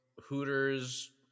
Hooters